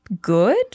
good